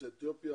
יוצאי אתיופיה,